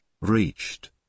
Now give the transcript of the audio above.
reached